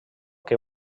que